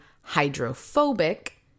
hydrophobic